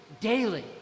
daily